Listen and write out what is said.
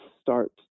start